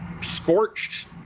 Scorched